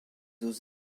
aux